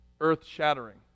Earth-shattering